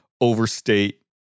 overstate